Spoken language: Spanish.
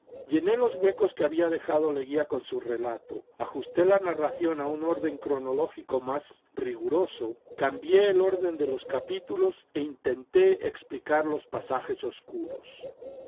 llena los huecos que había dejado leguía en su relato ajusté la narración a un orden cronológico más riguroso cambié el orden de los capítulos e intenté explicar los pasajes obscuros